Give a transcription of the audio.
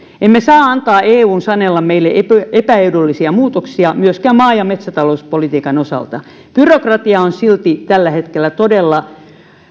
emme saa antaa eun sanella meille epäedullisia muutoksia myöskään maa ja metsätalouspolitiikan osalta byrokratia on silti tällä hetkellä todella